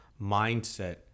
mindset